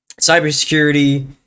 cybersecurity